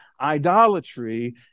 idolatry